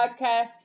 podcast